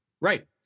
Right